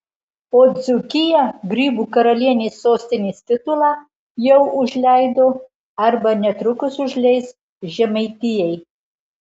o dzūkija grybų karalienės sostinės titulą jau užleido arba netrukus užleis žemaitijai